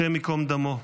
השם ייקום דמו,